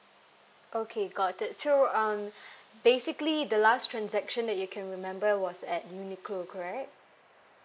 okay got it so um basically the last transaction that you can remember was at uniqlo correct